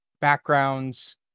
backgrounds